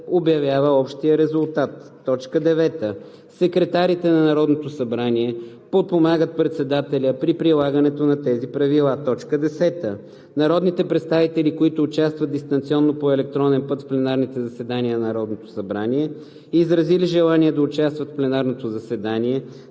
обявява общия резултат. 9. Секретарите на Народното събрание подпомагат председателя при прилагането на тези правила. 10. Народните представители, които участват дистанционно по електронен път в пленарните заседания на Народното събрание, изразили желание да участват в пленарното заседание,